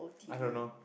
I don't know